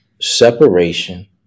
Separation